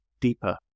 deeper